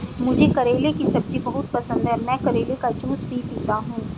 मुझे करेले की सब्जी बहुत पसंद है, मैं करेले का जूस भी पीता हूं